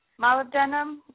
molybdenum